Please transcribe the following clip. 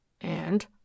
And